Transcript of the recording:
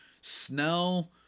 Snell